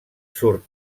surt